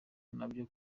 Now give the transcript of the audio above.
nabyo